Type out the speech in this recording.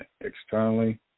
externally